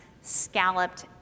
scalloped